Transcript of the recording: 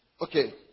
Okay